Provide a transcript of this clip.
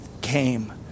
came